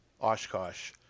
Oshkosh